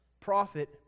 prophet